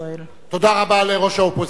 תודה רבה לראש האופוזיציה.